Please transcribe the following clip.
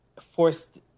forced